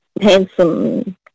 handsome